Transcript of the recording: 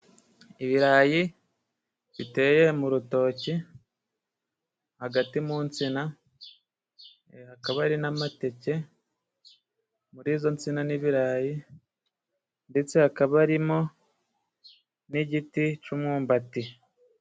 Ibirayi biteye mu rutoki, hagati mu nsina hakaba hari n'amateke, muri izo nsina n'ibirayi ndetse hakaba harimo n'igiti cy'umwumbati.